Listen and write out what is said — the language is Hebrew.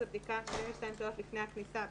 זו בדיקה 72 שעות לפני הכניסה,